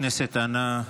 אנא,